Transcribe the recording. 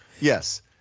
Yes